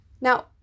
now